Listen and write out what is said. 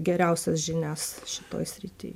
geriausias žinias šitoj srity